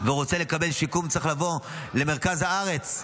ורוצה לקבל שיקום צריך לבוא למרכז הארץ.